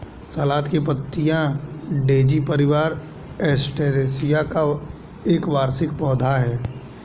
सलाद की पत्तियाँ डेज़ी परिवार, एस्टेरेसिया का एक वार्षिक पौधा है